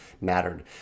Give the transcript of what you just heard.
mattered